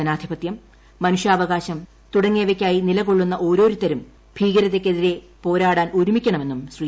ജനാധിപത്യം മനുഷ്യാവകാശം തുടങ്ങിയവയ്ക്കായി നിലകൊള്ളുന്ന ഓരോരുത്തരും ഭീകരതയ്ക്കെതിരെ പോരാടാൻ ഒരുമിക്കണമെന്നും ശ്രീ